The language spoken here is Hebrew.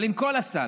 אבל עם כל הסל,